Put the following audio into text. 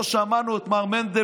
לא שמענו את מר מנדלבליט,